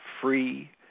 free